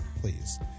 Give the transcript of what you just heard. Please